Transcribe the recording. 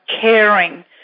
caring